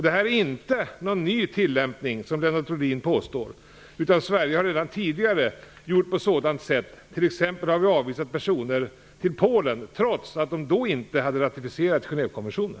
Det här är inte en ny tillämpning, som Lennart Rohdin påstår, utan Sverige har redan tidigare gjort på sådant sätt. T.ex. har vi avvisat personer till Polen, trots att de då inte hade ratificerat Genèvekonventionen.